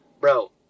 Bro